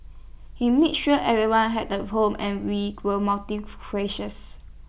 he made sure everyone had A home and we were multi